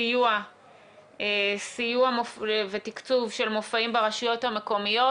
סיוע ותקצוב של מופעים ברשויות המקומיות.